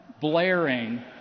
blaring